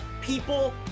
people